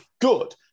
good